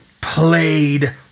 played